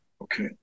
Okay